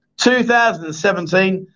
2017